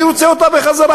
אני רוצה אותה בחזרה.